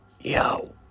Yo